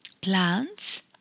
plants